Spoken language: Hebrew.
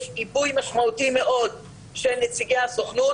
יש עיבוי משמעותי מאוד של נציגי הסוכנות